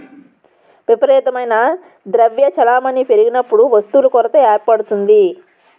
విపరీతమైన ద్రవ్య చలామణి పెరిగినప్పుడు వస్తువుల కొరత ఏర్పడుతుంది